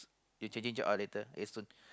you changing job ah later eh soon